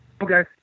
Okay